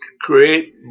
create